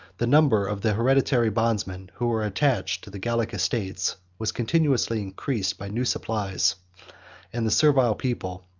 the number of the hereditary bondsmen, who were attached to the gallic estates, was continually increased by new supplies and the servile people,